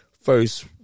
first